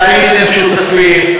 שהייתם שותפים,